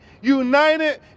united